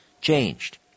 changed